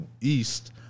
East